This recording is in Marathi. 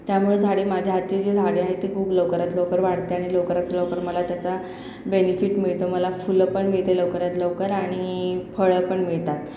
त्यामुळे झाडे माझ्या हातची जी झाडे आहेत ते खूप लवकरात लवकर वाढते आणि लवकरात लवकर मला त्याचा बेनिफिट मिळतो मला फुलं पण मिळते लवकरात लवकर आणि फळं पण मिळतात